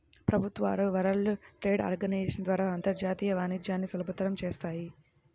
ప్రభుత్వాలు World Trade Organization ద్వారా అంతర్జాతీయ వాణిజ్యాన్ని సులభతరం చేత్తాయి